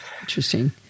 interesting